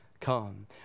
come